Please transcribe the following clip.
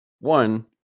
One